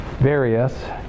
various